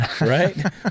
Right